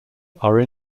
are